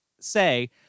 say